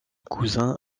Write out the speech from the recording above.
cousin